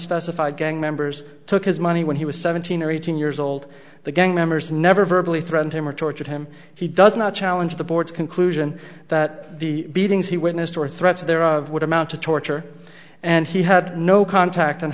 unspecified gang members took his money when he was seventeen or eighteen years old the gang members never virtually threatened him or tortured him he does not challenge the board's conclusion that the beatings he witnessed or threats there are would amount to torture and he had no contact and